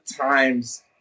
times